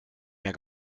mehr